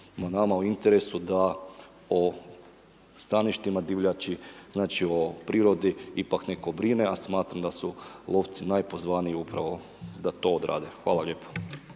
nama u interesu da o staništima divljači, znači o prirodi ipak netko brine a smatram da su lovci najpozvaniji upravo da to odrade. Hvala lijepo.